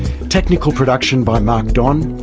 technical production by mark don,